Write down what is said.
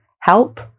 help